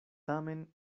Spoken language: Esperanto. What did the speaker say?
tamen